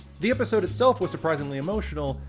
the episode itself was surprisingly emotional,